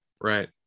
Right